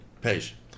Patient